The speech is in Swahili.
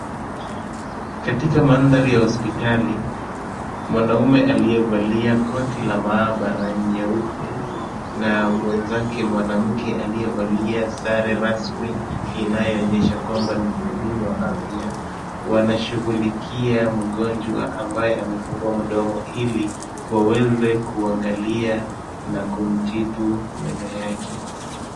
Katika mandhari ya hospitali, mwanaume aliyevalia koti la maabara nyeupe na mwenzake mwanamke, aliyevalia sare rasmi inayo onyesha kwamba ni muhudumu wa afya, wanashughulikia mgonjwa ambaye amefungua mdomo ili waweze kuangalia na kumtibu meno yake.